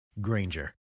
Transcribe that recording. Granger